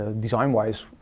ah design-wise,